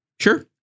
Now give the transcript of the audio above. sure